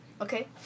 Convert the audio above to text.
Okay